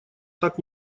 так